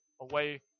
away